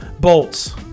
bolts